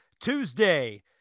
Tuesday